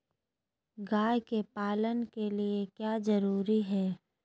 गाय के पालन के लिए क्या जरूरी है?